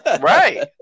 Right